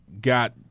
got